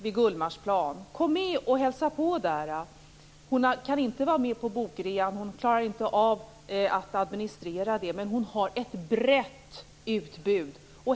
Följ med och hälsa på Bokmalin vid Hon klarar inte av att administrera den. Men hon har ett brett utbud.